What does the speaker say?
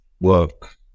work